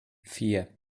vier